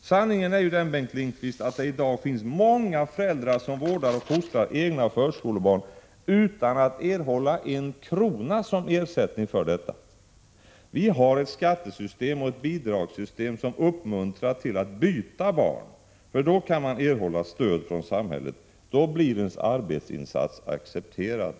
Sanningen är ju den, Bengt Lindqvist, att det i dag finns många föräldrar som vårdar och fostrar egna förskolebarn utan att erhålla en krona som ersättning för detta. Vi har ett skattesystem och ett bidragssystem som uppmuntrar till att byta barn, för då kan man erhålla stöd från samhället, då blir ens arbetsinsats accepterad.